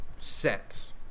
sets